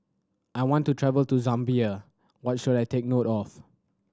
I want to travel to Zambia what should I take note of